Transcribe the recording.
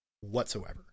Whatsoever